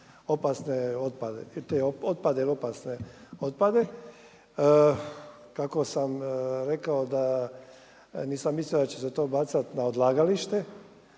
kopnu zbrinuti potencijalno opasne otpade. Kako sam rekao da, nisam mislio da će se to bacati na odlagalište,